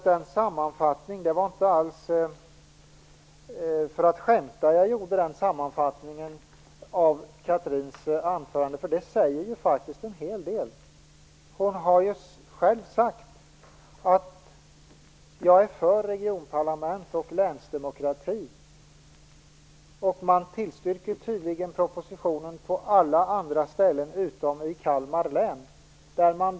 Det var inte för att skämta jag gjorde min sammanfattning av Chatrine Pålssons anförande, för det säger faktiskt en hel del. Hon har själv sagt att hon är för regionparlament och länsdemokrati, och man tillstyrker tydligen propositionen på alla ställen utom när det gäller Kalmar län.